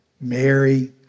Mary